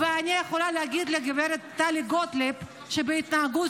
אני יכולה להגיד לגב' טלי גוטליב שבהתנהגות